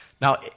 Now